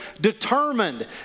determined